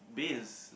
that is